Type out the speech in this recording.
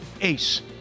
Ace